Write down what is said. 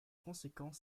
conséquent